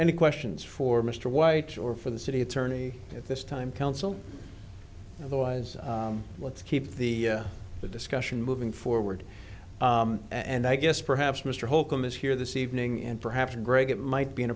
any questions for mr white or for the city attorney at this time council otherwise let's keep the the discussion moving forward and i guess perhaps mr holcombe is here this evening and perhaps greg it might be an